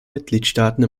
mitgliedstaaten